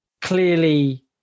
clearly